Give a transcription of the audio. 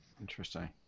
Interesting